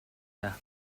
даа